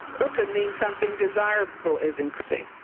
or it could mean something desirable is increasing,